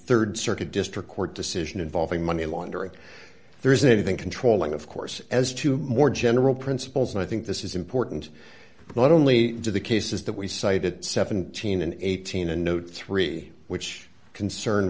a rd circuit district court decision involving money laundering there is anything controlling of course as to more general principles and i think this is important not only to the cases that we cited seventeen and eighteen and note three which concern